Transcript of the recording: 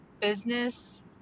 business